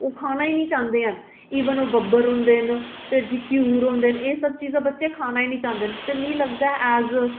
ओह् खाना निं चांह्दे हैन इवन ओह् बब्बरू होंदे न फिर जी घ्यूर होंदे न एह् सब चीजां बच्चे खाना निं चांह्दे हैन ते मिगी लगदा ऐज